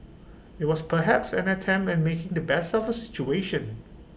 IT was perhaps an attempt at making the best of A situation